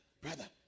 brother